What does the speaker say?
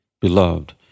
Beloved